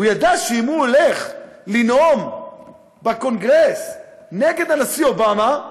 הוא ידע שאם הוא הולך לנאום בקונגרס נגד הנשיא אובמה,